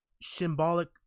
symbolic